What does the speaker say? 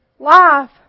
life